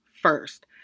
first